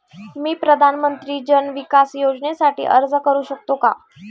मी प्रधानमंत्री जन विकास योजनेसाठी अर्ज करू शकतो का?